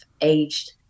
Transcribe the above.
aged